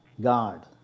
God